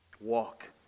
Walk